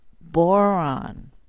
boron